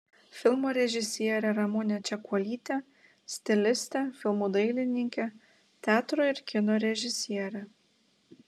filmo režisierė ramunė čekuolytė stilistė filmų dailininkė teatro ir kino režisierė